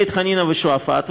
בית חנינא ושועפאט,